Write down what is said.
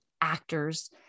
actors